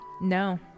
No